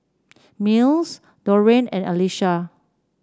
Mills Dorian and Alesha